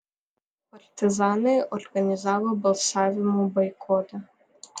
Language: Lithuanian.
partizanai organizavo balsavimų boikotą